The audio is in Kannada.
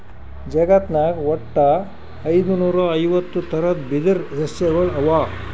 ಜಗತ್ನಾಗ್ ವಟ್ಟ್ ಐದುನೂರಾ ಐವತ್ತ್ ಥರದ್ ಬಿದಿರ್ ಸಸ್ಯಗೊಳ್ ಅವಾ